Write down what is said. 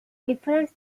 different